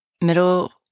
middle